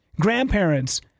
grandparents